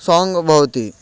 song भवति